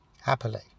happily